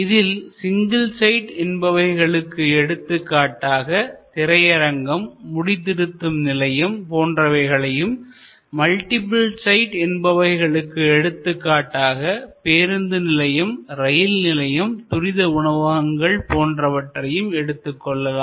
இதில் single side என்பவைகளுக்கு எடுத்துக்காட்டாக திரையரங்கம்முடி திருத்தும் நிலையம் போன்றவற்றையும் மல்டிபிள் சைட் என்பவைகளுக்கு எடுத்துக்காட்டாக பேருந்து நிலையம் ரயில் நிலையம் துரித உணவகங்கள் போன்றவற்றையும் எடுத்துக்கொள்ளலாம்